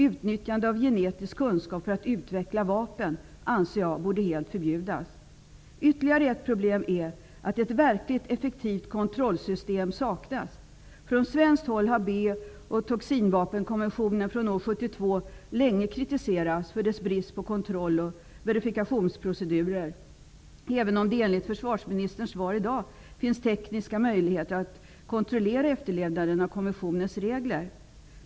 Utnyttjande av genetisk kunskap för att utveckla vapen, anser jag, borde helt förbjudas. Ytterligare ett problem är att ett verkligt effektivt kontrollsystem saknas. Från svenskt håll har B och toxinvapenkonventionen från år 1972 länge kritiserats för sin brist på kontroll och verifikationsprocedurer, även om det enligt försvarsministerns svar i dag finns tekniska möjligheter att kontrollera efterlevnaden av konventionens regler.